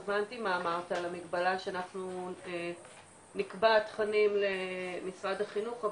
אני הבנתי מה אמרת על המגבלה שאנחנו נקבע תכנים למשרד החינוך,